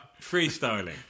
freestyling